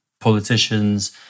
politicians